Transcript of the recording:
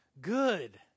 Good